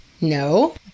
No